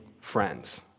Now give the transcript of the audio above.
friends